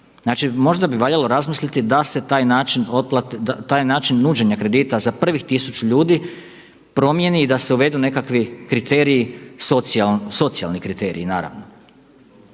Znači možda bi valjalo razmisliti da se taj način otplate, taj način nuđenja kredita za prvih 1000 ljudi promijeni i da se uvedu nekakvi kriteriji, socijalni kriteriji naravno.